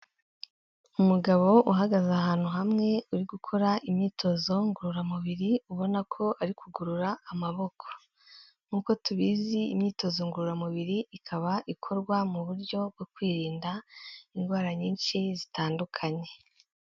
Umugabo uhagaze ahantu hamwe uri gukora imyitozo ngororamubiri ubona ko ari kugorora amaboko, nk'uko tubizi imyitozo ngororamubiri ikaba ikorwa mu buryo bwo kwirinda indwara nyinshi zitandukanye.